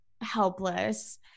Helpless